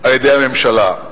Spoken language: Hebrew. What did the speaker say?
על-ידי הממשלה.